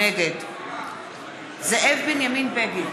נגד זאב בנימין בגין,